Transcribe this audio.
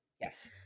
Yes